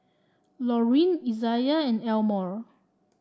Laurene Izayah and Elmore